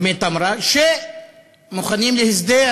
שמוכנים להסדר